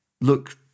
look